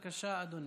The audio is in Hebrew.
בבקשה, אדוני.